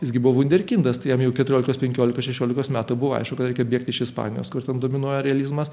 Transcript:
jij gi buvo vunderkindas tai jam jau keturiolikos penkiolikos šešiolikos metų buvo aišku kad reikia bėgt iš ispanijos kur ten dominuoja realizmas